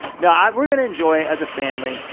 now, um we're gonna enjoy as a family,